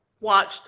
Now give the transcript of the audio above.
watched